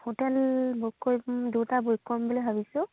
hotel book কৰি দুটা book কৰিম বুলি ভাবিছোঁ